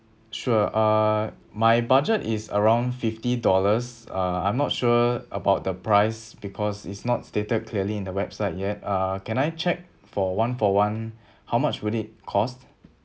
sure uh my budget is around fifty dollars uh I'm not sure about the price because it's not stated clearly in the website yet uh can I check for one for one how much would it cost